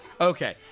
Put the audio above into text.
Okay